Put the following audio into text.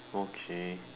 okay